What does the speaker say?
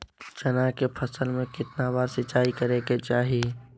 चना के फसल में कितना बार सिंचाई करें के चाहि?